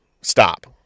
Stop